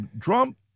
Trump